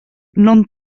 non